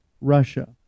russia